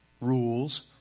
rules